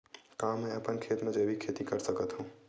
का मैं अपन खेत म जैविक खेती कर सकत हंव?